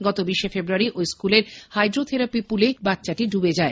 গত বিশে ফেব্রুয়ারি ঐ স্কুলের হাইড্রোখেরাপি পুলে বাষ্চাটি ডুবে যায়